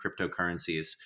cryptocurrencies